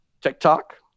TikTok